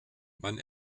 man